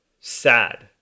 sad